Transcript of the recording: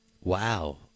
Wow